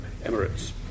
Emirates